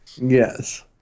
Yes